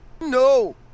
No